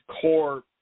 core